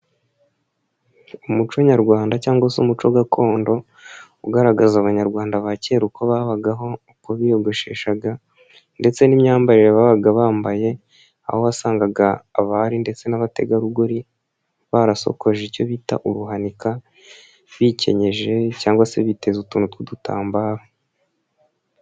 Umuco nyarwanda cyangwa se umuco gakondo, ugaragaza Abanyarwanda ba kera uko babagaho, uko biyogosheshaga, ndetse n'imyambarire babaga bambaye aho wasangaga abari ndetse n'abategarugori barasokoje icyo bita uruhanika, bikenyeje cyangwa se biteze utuntu Tw'udutambaro.